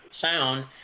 sound